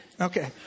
Okay